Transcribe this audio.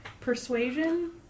Persuasion